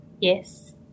yes